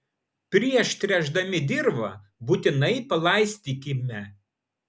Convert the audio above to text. prieš tręšdami dirvą būtinai palaistykime